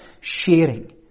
sharing